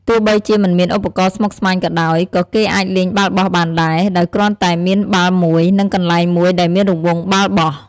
ទោះបីជាមិនមានឧបករណ៍ស្មុគស្មាញក៏ដោយ ក៏គេអាចលេងបាល់បោះបានដែរ ដោយគ្រាន់តែមានបាល់មួយ និងកន្លែងមួយដែលមានរង្វង់បាល់បោះ។